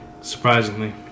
Surprisingly